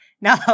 No